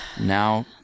Now